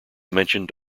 mentioned